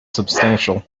substantial